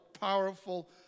powerful